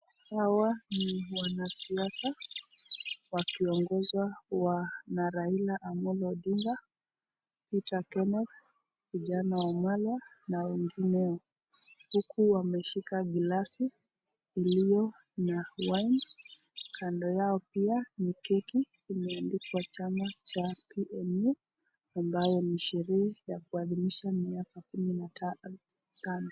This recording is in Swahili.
Hawa ni wanasiasa wakiongonzwa na Raila Amollo Odinga, Peter Kenneth, Kijana Wamalwa na wengineo huku wameshika glasi iliyo na [wine] kando yao pia ni keki imeandikwa chama cha PNU, ambayo ni sherehe ya kuadhimisha miaka kumi na tano.